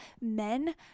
men